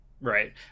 Right